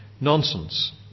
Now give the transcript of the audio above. nonsense